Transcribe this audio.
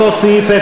אותו סעיף,